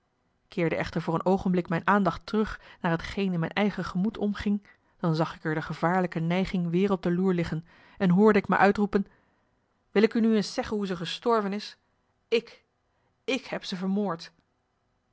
keerde echter voor een oogenblik mijn aandacht terug naar t geen in mijn eigen gemoed omging dan zag ik er de gevaarlijke neiging weer op de loer liggen en hoorde ik me uitroepen wil ik u nu eens zeggen hoe ze gestorven is ik ik heb ze vermoord